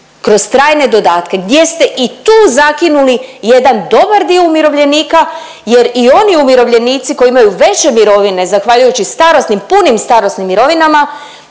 kroz trajne dodatne gdje ste i tu zakinuli jedan dobar dio umirovljenika jer i oni umirovljenici koji imaju veće mirovine zahvaljujućim starosnim, punim starosnim mirovinama